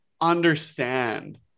understand